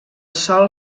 sòl